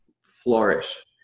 flourish